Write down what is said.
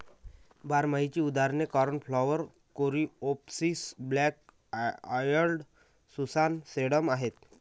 बारमाहीची उदाहरणे cornflower, coreopsis, black eyed Susan, sedum आहेत